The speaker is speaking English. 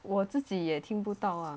我自己也听不到啊